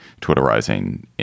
twitterizing